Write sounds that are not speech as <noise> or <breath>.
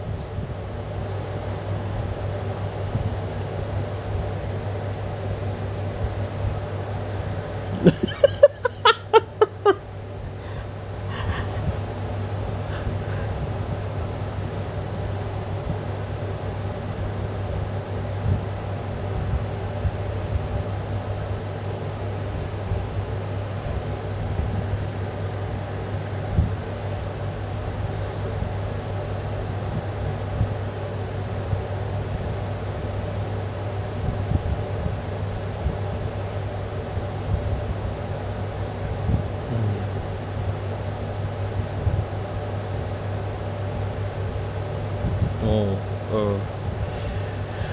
<laughs> <breath> mm oh err